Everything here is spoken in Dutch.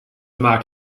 maak